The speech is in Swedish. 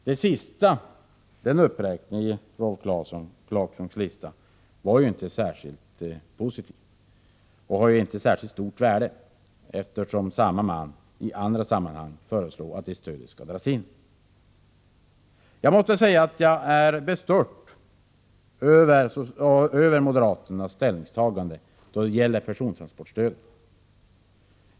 Den sista uppräkningen i Rolf Clarksons lista var ju inte särskilt positiv och har inte heller särskilt stort värde, eftersom samme man i andra sammanhang föreslår att det stödet skall dras in. Jag är bestört över moderaternas ställningstagande vad gäller persontransportstödet.